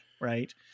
right